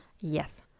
Yes